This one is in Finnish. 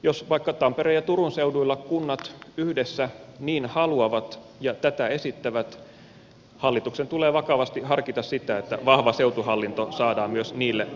jos vaikka tampereen ja turun seuduilla kunnat yhdessä niin haluavat ja tätä esittävät hallituksen tulee vakavasti harkita sitä että vahva seutuhallinto saadaan myös niille seuduille